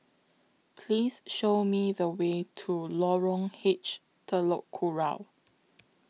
Please Show Me The Way to Lorong H Telok Kurau